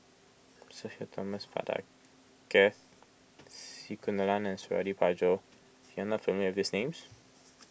Sudhir Thomas Vadaketh C Kunalan and Suradi Parjo you are not familiar with these names